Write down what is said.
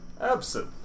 absent